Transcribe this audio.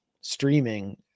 streaming